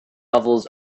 novels